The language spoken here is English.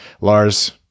Lars